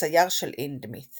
הצייר של הינדמית.